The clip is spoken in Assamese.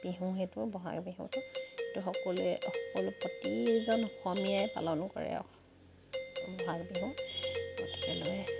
বিহু সেইটো বহাগ বিহুটো প্ৰতিজন অসমীয়াই পালনো কৰে বহাগ বিহু গতিকে